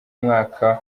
mwaka